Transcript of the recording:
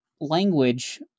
language